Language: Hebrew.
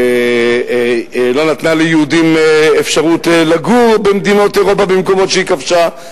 שלא נתנה ליהודים אפשרות לגור במדינות אירופה במקומות שהיא כבשה,